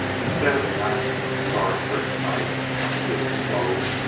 instead of black, star-pricked night on a distant globe,